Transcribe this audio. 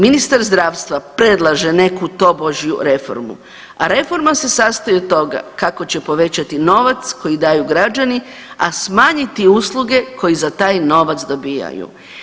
Ministar zdravstva predlaže neku tobožju reformu, a reforma se sastoji od toga kako će povećati novac koji daju građani, a smanjiti usluge koji za taj novac dobivaju.